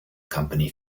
company